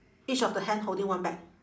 each of the hand holding one bag